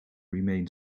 remain